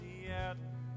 Seattle